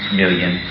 million